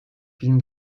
film